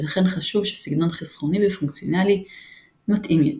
ולכן חשב שסגנון חסכוני ופונקציונלי מתאים יותר.